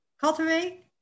cultivate